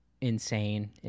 insane